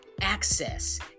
access